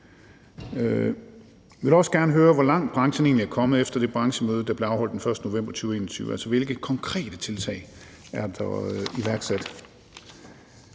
Jeg vil også gerne høre, hvor langt branchen egentlig er kommet efter det branchemøde, der blev afholdt den 1. november 2021, altså hvilke konkrete tiltag der er iværksat.